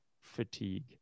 fatigue